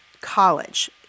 college